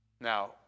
Now